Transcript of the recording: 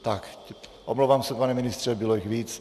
Tak, omlouvám se, pane ministře, bylo jich víc.